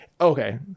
okay